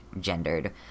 gendered